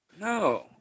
No